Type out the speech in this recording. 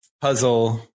puzzle